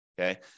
okay